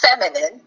Feminine